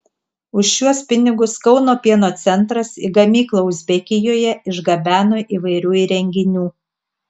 už šiuos pinigus kauno pieno centras į gamyklą uzbekijoje išgabeno įvairių įrenginių